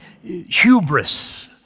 hubris